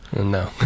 no